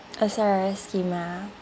S_R_S scheme ah